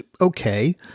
okay